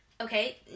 okay